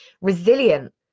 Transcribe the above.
resilient